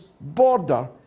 border